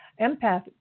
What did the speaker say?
Empath